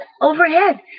overhead